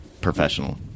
professional